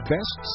Best